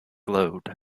glowed